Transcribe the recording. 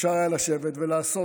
אפשר היה לשבת ולעשות